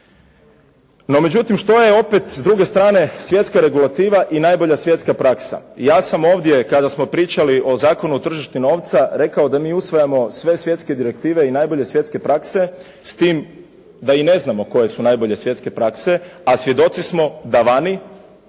No međutim, što je opet s druge strane svjetska regulativa i najbolja svjetska praksa. Ja sam ovdje, kada smo pričali o Zakonu o tržištu novca, rekao da mi usvajamo sve svjetske direktive i najbolje svjetske prakse s tim da i ne znamo koje su najbolje svjetske prakse, a svjedoci smo da vani